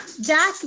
Jack